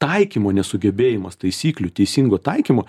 taikymo nesugebėjimas taisyklių teisingo taikymo